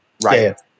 right